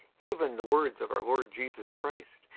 even the words of our lord jesus christ,